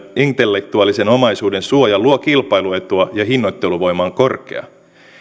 intellektuaalisen omaisuuden suoja luo kilpailuetua ja hinnoitteluvoima on korkea